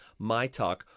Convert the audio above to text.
MYTALK